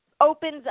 opens